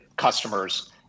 customers